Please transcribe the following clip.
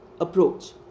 approach